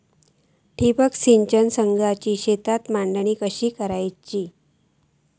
ठिबक सिंचन संचाची शेतात मांडणी कशी करुची हा?